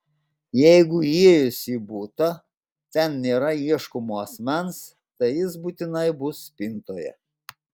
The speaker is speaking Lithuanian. jeigu įėjus į butą ten nėra ieškomo asmens tai jis būtinai bus spintoje